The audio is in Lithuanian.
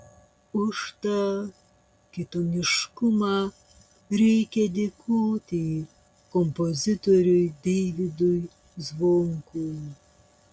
už tą kitoniškumą reikia dėkoti kompozitoriui deividui zvonkui